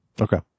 Okay